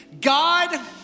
God